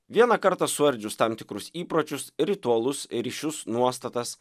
vieną kartą suardžius tam tikrus įpročius ritualus ryšius nuostatas